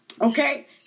Okay